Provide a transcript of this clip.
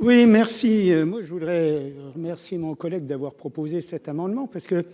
Oui, merci, moi, je voudrais remercier mon collègue d'avoir proposé cet amendement parce que